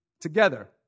together